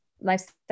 lifestyle